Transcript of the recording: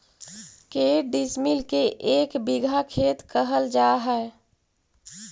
के डिसमिल के एक बिघा खेत कहल जा है?